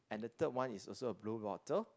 and the third one is also a blue bottle